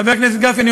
חבר הכנסת גפני,